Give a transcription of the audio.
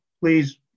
please